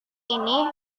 ini